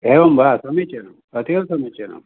एवं वा समीचीनम् अतीव समीचीनम्